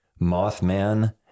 Mothman